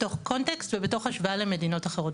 בתוך קונטקסט ותוך השוואה למדינות אחרות.